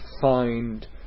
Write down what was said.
find